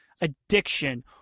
addiction